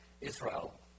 Israel